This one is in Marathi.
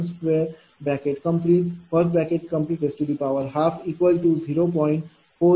486042 आहे